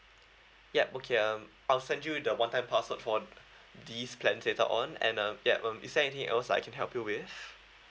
yup okay um I'll send you the one time password for these plans later on and uh yup um is there anything else I can help you with